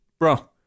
Bruh